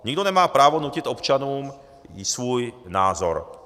Nikdo nemá právo nutit občanům svůj názor.